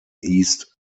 east